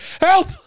Help